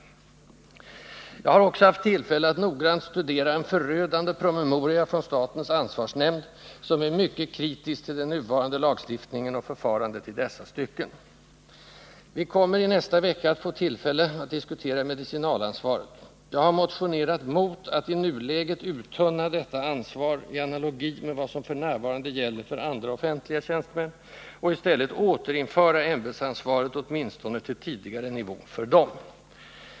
Jag har också haft tillfälle att noggrant studera en förödande promemoria från statens ansvarsnämnd, som är mycket kritisk till den nuvarande lagstiftningen och förfarandet i dessa stycken. Vi kommer i nästa vecka att få tillfälle att diskutera medicinalansvaret. Jag har motionerat mot att i nuläget uttunna detta ansvar i analogi med vad som f. n. gäller för andra offentliga tjänstemän och i stället föreslagit återinförande av ämbetsansvaret åtminstone till tidigare nivå för de senare.